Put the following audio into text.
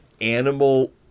animal